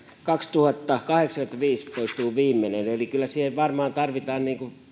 kaksituhattakahdeksankymmentäviisi poistuu viimeinen eli kyllä siihen varmaan tarvitaan